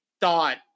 thought